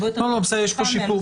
בסדר.